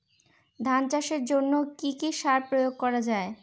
ধান চাষের জন্য কি কি সার প্রয়োগ করা য়ায়?